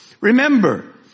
Remember